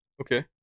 Okay